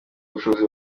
ubushobozi